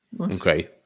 Okay